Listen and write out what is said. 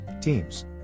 Teams